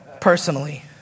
Personally